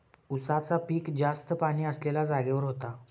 उसाचा पिक जास्त पाणी असलेल्या जागेवर होता